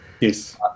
Yes